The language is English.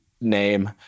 name